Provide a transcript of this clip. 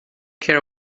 care